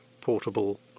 portable